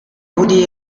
body